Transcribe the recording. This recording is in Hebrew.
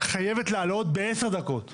חייבת לעלות ב-10 דרגות למעלה.